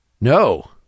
No